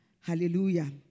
Hallelujah